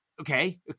Okay